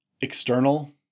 external